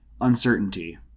uncertainty